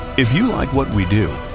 if you like what we do,